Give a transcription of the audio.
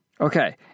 Okay